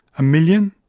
a million?